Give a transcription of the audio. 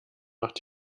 macht